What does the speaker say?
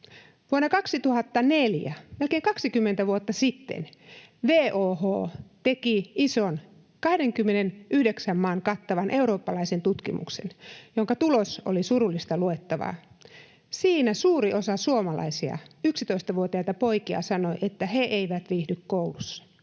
vuonna 2004, melkein 20 vuotta sitten, WHO teki ison, 29 maata kattaneen eurooppalaisen tutkimuksen, jonka tulos oli surullista luettavaa. Siinä suuri osa suomalaisista 11-vuotiaista pojista sanoi, että he eivät viihdy koulussa.